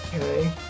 Okay